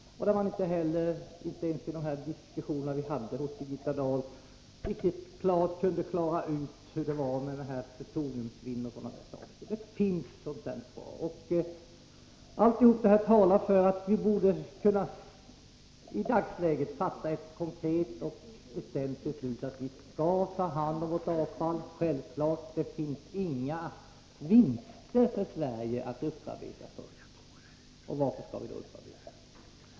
Och inte ens i de diskussioner vi hade hos Birgitta Dahl kunde man riktigt klara ut hur det var med plutoniumsvinn och sådana saker. Alltihop det här talar för att vi borde kunna i dagsläget fatta ett konkret och bestämt beslut att vi skall ta hand om vårt avfall. Det finns inga vinster för Sverige att göra med att upparbeta först. Varför skall vi då upparbeta?